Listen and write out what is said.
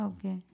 Okay